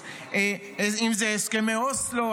אם זה הסכמי אוסלו,